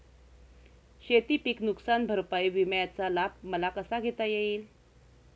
शेतीपीक नुकसान भरपाई विम्याचा लाभ मला कसा घेता येईल?